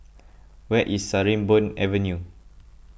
where is Sarimbun Avenue